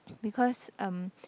because um